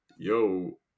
Yo